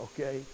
okay